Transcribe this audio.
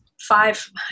five